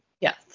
yes